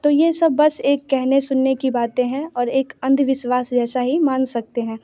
तो ये सब बस एक कहने सुनने की बातें हैं और एक अंधविश्वास जैसा ही मान सकते हैं